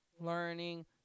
learning